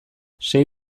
sei